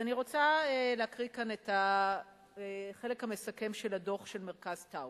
אז אני רוצה לקרוא כאן את החלק המסכם של הדוח של מרכז טאוב: